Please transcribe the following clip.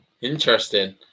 interesting